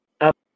up